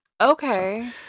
Okay